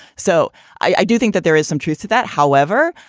so i do think that there is some truth to that. however,